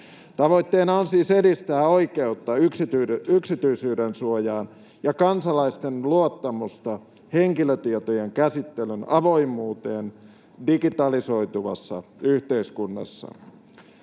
Tavoitteena on siis edistää oikeutta yksityisyydensuojaan ja kansalaisten luottamusta henkilötietojen käsittelyn avoimuuteen digitalisoituvassa yhteiskunnassa.